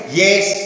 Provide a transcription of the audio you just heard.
yes